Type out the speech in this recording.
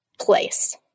place